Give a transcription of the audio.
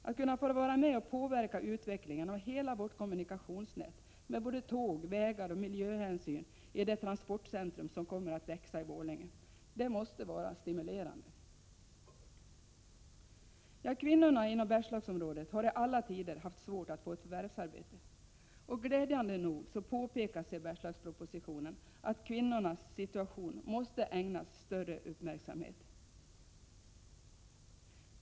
Att kunna vara med i och påverka utvecklingen av hela vårt kommunikationsnät vad gäller tåg, vägar och miljöhänsyn i det transportcentrum som kommer att växa i Borlänge måste vara stimulerande. Kvinnorna inom Bergslagsområdet har i alla tider haft svårt att få ett förvärvsarbete. Glädjande nog påpekas i Bergslagspropositionen att kvinnornas situation måste ägnas större uppmärksamhet.